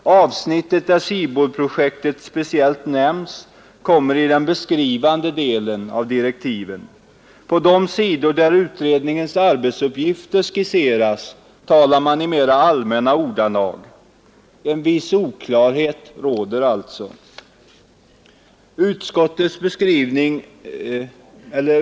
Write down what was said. Avsnittet där SIBOL-projektet speciellt nämns kommer i den beskrivande delen. På de sidor där utredningens arbetsuppgifter skisseras talar man i mera allmänna ordalag. En viss oklarhet råder alltså.